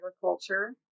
agriculture